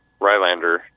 Rylander